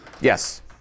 yes